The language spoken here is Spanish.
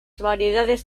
variedades